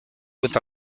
with